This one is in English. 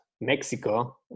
Mexico